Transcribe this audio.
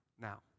now